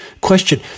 Question